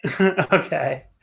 Okay